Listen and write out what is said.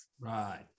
Right